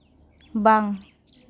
ᱵᱟᱝ